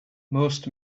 most